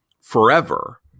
forever –